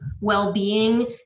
well-being